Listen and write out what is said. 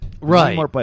Right